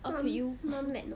up to you